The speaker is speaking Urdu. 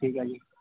ٹھیک ہے آئیے